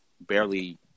barely